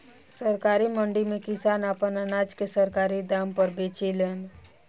सरकारी मंडी में किसान आपन अनाज के सरकारी दाम पर बेचेलन